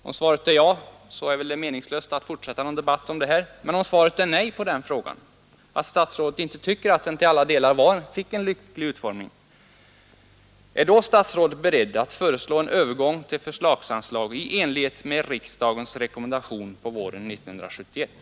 — Om svaret på den frågan är ja är det väl meningslöst att fortsätta att föra en debatt om det här, men om svaret på den är nej, och statsrådet inte tycker att den till alla delar fick en lycklig utformning, är då statsrådet beredd att föreslå en övergång till förslagsanslag i enlighet med riksdagens rekommendation på våren 1971?